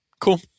cool